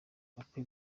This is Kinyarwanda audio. apple